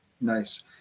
Nice